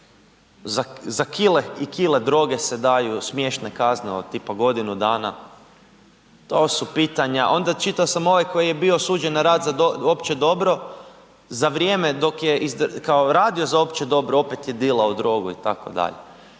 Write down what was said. za kile i kile droge se daju smiješne kazne od tipa godinu dana. To su pitanja. Onda čitao sam ovaj koji je bio osuđen na rad za opće dobro, za vrijeme dok je, kao radio za opće dobro opet je dilao drogu itd.